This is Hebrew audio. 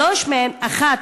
שלוש מהן, אחת,